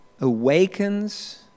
awakens